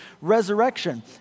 resurrection